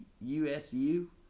USU